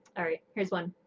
alright, here's one.